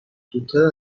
زودتر